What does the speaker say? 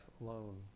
alone